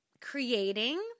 creating